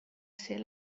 ser